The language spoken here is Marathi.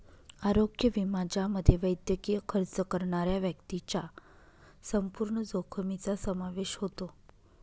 आरोग्य विमा ज्यामध्ये वैद्यकीय खर्च करणाऱ्या व्यक्तीच्या संपूर्ण जोखमीचा समावेश होतो